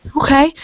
Okay